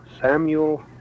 Samuel